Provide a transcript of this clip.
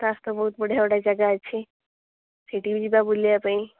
ତା ସହିତ ବୋହୁତ ବଢ଼ିଆ ବଢ଼ିଆ ଜାଗା ଅଛି ସେଇଠିକି ବି ଯିବା ବୁଲିବା ପାଇଁ